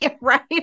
Right